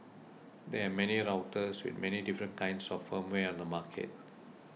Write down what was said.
there are many routers with many different kinds of firmware on the market